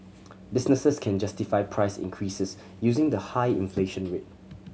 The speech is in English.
businesses can justify price increases using the high inflation rate